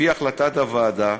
לפי החלטת הוועדה,